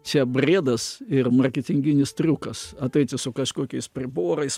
čia briedas ir marketinginis triukas ateiti su kažkokiais priborais